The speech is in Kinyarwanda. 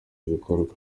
ibikorwa